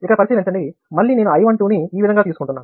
ఇక్కడ పరిశీలించండి మళ్ళీ నేను I 12 ని ఈ విధంగా తీసుకుంటున్నాను